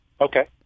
Okay